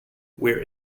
wear